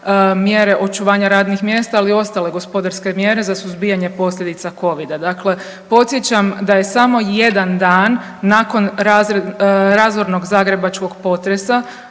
mjere očuvanja radnih mjesta, ali i ostale gospodarske mjere za suzbijanje posljedica Covid-a. Dakle, podsjećam da je samo jedan dan nakon razornog zagrebačkog potresa